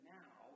now